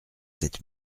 sept